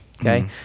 Okay